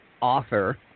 author